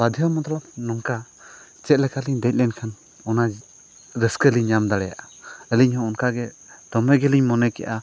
ᱵᱟᱫᱽᱫᱷᱚ ᱢᱚᱛᱞᱚᱵ ᱱᱚᱝᱠᱟ ᱪᱮᱫ ᱞᱮᱠᱟᱞᱤᱧ ᱫᱮᱡ ᱞᱮᱱᱠᱷᱟᱱ ᱚᱱᱟ ᱨᱟᱹᱥᱠᱟᱹ ᱞᱤᱧ ᱧᱟᱢ ᱫᱟᱲᱮᱭᱟᱜᱼᱟ ᱟᱹᱞᱤᱧ ᱦᱚᱸ ᱚᱱᱠᱟᱜᱮ ᱫᱚᱢᱮ ᱜᱮᱞᱤᱧ ᱢᱚᱱᱮ ᱠᱮᱜᱼᱟ